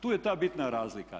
Tu je ta bitna razlika.